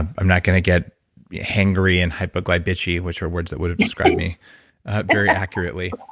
i'm not going to get hangry and hypoglybitchy, which are words that would have described me very accurately